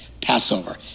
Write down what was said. Passover